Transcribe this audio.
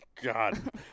God